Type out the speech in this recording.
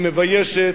היא מביישת,